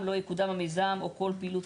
עוסקות בשמירה על ביטחון ושלום הציבור,